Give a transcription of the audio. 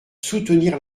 soutenir